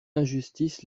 injustice